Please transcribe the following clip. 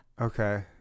Okay